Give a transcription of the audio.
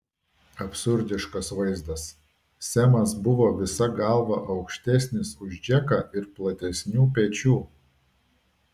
absurdiškas vaizdas semas buvo visa galva aukštesnis už džeką ir platesnių pečių